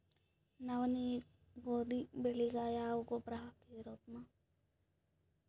ನವನಿ, ಗೋಧಿ ಬೆಳಿಗ ಯಾವ ಗೊಬ್ಬರ ಹಾಕಿದರ ಉತ್ತಮ?